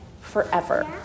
forever